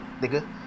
nigga